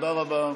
תודה רבה.